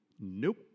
nope